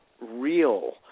real